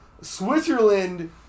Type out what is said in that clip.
Switzerland